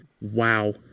wow